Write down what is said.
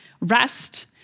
Rest